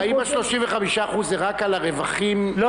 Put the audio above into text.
חיים כץ: לא, 35% על הקרן.